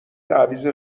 تعویض